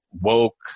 woke